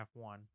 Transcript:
F1